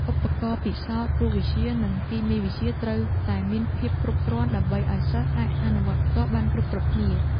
ឧបករណ៍ពិសោធន៍រូបវិទ្យានិងគីមីវិទ្យាត្រូវតែមានភាពគ្រប់គ្រាន់ ដើម្បីឱ្យសិស្សអាចអនុវត្តផ្ទាល់បានគ្រប់ៗគ្នា។